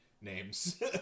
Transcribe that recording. Names